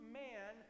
man